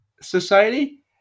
society